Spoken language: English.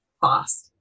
fast